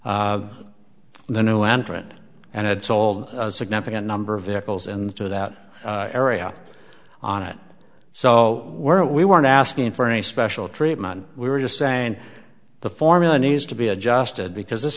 to the new entrant and had sold a significant number of vehicles into that area on it so were we weren't asking for any special treatment we were just saying the formula needs to be adjusted